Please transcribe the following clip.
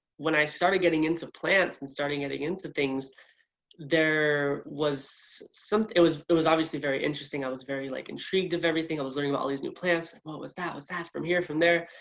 when i started getting into plants and starting getting into things there was some. it was it was obviously very interesting, i was very like intrigued of everything i was learning about all these new plants what was that, was that, from here, from there.